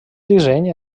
disseny